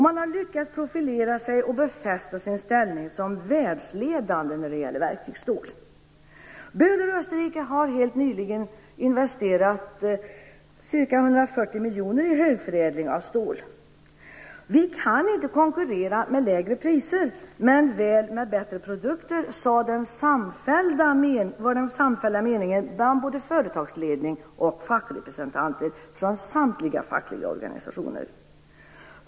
Man har lyckats profilera sig och befästa sin ställning som världsledande när det gäller verktygsstål. Böhler i Österrike har helt nyligen investerat ca 140 miljoner i högförädling av stål. Vi kan inte konkurrera med lägre priser, men väl med bättre produkter, var den samfällda meningen hos både företagsledning och representanter från samtliga fackliga organisationer.